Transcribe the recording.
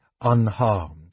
unharmed